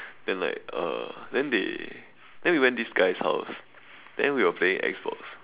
then like uh then they then we went this guy's house then we were playing Xbox